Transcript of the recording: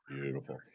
Beautiful